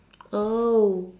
oh